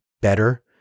better